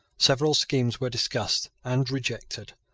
several schemes were discussed and rejected.